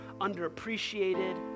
underappreciated